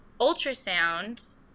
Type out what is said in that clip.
ultrasound